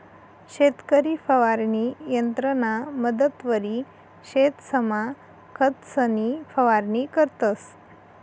शेतकरी फवारणी यंत्रना मदतवरी शेतसमा खतंसनी फवारणी करतंस